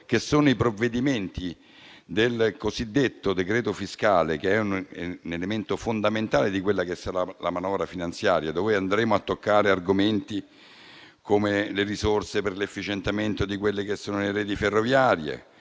di là dei provvedimenti del cosiddetto decreto fiscale - elemento fondamentale di quella che sarà la manovra finanziaria, dove andremo a toccare argomenti come le risorse per l'efficientamento delle reti ferroviarie